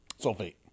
Sulfate